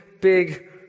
big